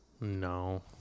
no